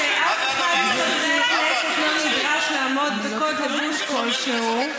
אני חושבת שאף אחד מחברי הכנסת לא נדרש לעמוד בקוד לבוש כלשהו.